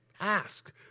ask